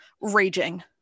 raging